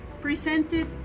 Presented